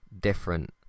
different